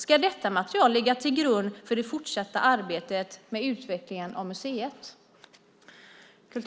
Ska detta material ligga till grund för det fortsatta arbetet med utvecklingen av museet?